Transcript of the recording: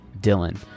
Dylan